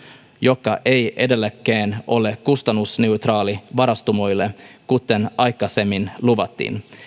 joka ei edelleenkään ole kustannusneutraali varustamoille kuten aikaisemmin luvattiin